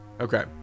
Okay